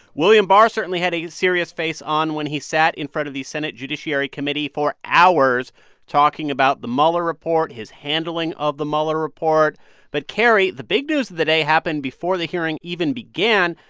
william barr certainly had a serious face on when he sat in front of the senate judiciary committee for hours talking about the mueller report, his handling of the mueller report but, carrie, the big news of the day happened before the hearing even began.